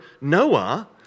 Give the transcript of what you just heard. Noah